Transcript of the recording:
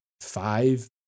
five